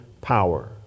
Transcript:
power